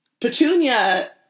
Petunia